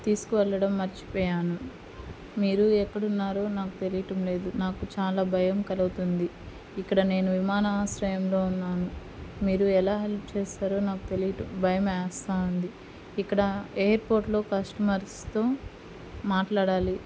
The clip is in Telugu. తీసుకువెళ్ళడం మర్చిపోయాను మీరూ ఎక్కడున్నారో నాకు తెలియటం లేదు నాకు చాలా భయం కలుగుతుంది ఇక్కడ నేను విమానాశ్రయంలో ఉన్నాను మీరు ఎలా హెల్ప్ చేస్తారో నాకు తెలియట భయం వేస్తూ ఉంది ఇక్కడ ఎయిర్పోర్ట్లో కస్టమర్స్తో మాట్లాడాలి